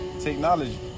Technology